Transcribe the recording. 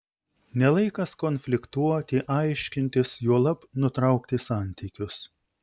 ne laikas konfliktuoti aiškintis juolab nutraukti santykius